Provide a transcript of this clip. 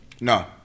No